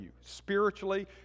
spiritually